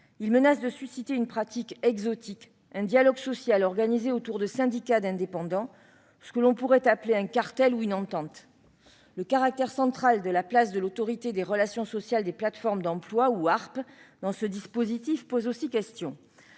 il menace de susciter une pratique exotique, un dialogue social organisé autour de syndicats d'indépendants, ce que l'on pourrait appeler un cartel, ou une entente. La place centrale de l'Autorité des relations sociales des plateformes d'emploi (ARPE) dans ce dispositif pose aussi question.